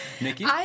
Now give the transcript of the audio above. Nikki